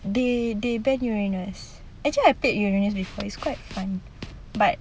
they they ban uranus actually I played uranus before it's quite fun but